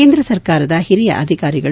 ಕೇಂದ್ರ ಸರ್ಕಾರದ ಹಿರಿಯ ಅಧಿಕಾರಿಗಳು